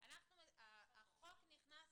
החוק נכנס